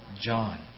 John